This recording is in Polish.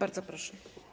Bardzo proszę.